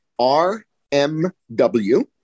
RMW